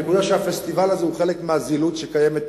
הנקודה היא שהפסטיבל הזה הוא חלק מהזילות שקיימת פה,